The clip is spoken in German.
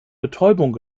betäubung